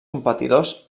competidors